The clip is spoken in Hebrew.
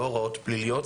לא הוראות פליליות,